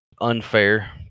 unfair